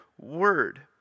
word